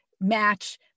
match